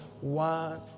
One